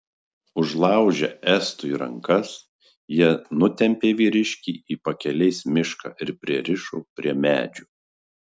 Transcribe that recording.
užlaužę estui rankas jie nutempė vyriškį į pakelės mišką ir pririšo prie medžio